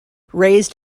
raised